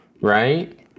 right